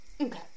Okay